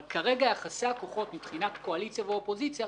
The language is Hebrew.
אבל כרגע יחסי הכוחות בין הקואליציה לבין האופוזיציה,